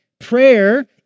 Prayer